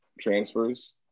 transfers